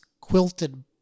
quilted